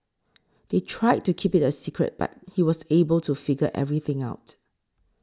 they tried to keep it a secret but he was able to figure everything out